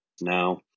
Now